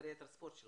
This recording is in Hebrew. על